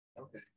Okay